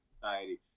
society